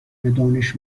دانش